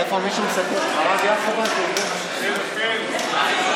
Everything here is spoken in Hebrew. אדוני היושב-ראש, חבריי חברי הכנסת, היום אנחנו